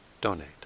donate